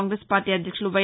Congress party అధ్యక్షులు why